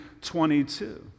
22